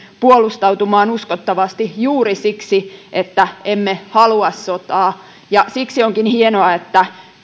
puolustautumaan uskottavasti juuri siksi että emme halua sotaa ja siksi onkin hienoa että